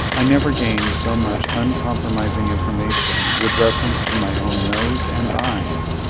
i never gained so much uncompromising information with reference to my own nose and eyes,